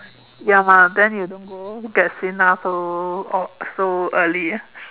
ya lah then you don't get seen ah so so early ah